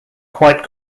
quite